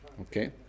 Okay